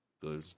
good